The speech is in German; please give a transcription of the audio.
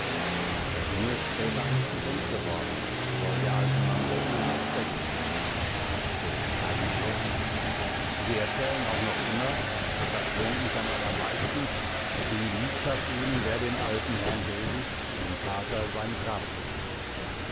der junge ist später ein student geworden und soll der alten mamsell ihr liebster gewesen sein so sagen die leute sie erzählen auch noch immer und das wurmt mich am allermeisten die liebschaft eben wär dem alten herrn hellwig ihrem vater sein grab gewesen